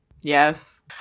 Yes